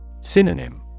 Synonym